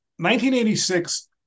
1986